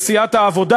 בסיעת העבודה,